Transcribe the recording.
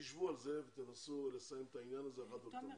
תשבו על זה ותנסו לסיים את העניין הזה אחת ולתמיד.